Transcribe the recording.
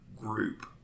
group